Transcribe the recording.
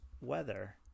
weather